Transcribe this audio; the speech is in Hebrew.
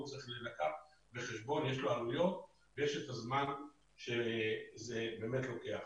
צריך להילקח בחשבון - יש לו עלויות ויש את הזמן שזה לוקח.